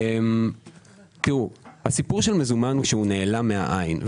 הסיפור של מזומן, שנעלם מהעין.